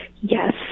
Yes